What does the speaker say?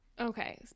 Okay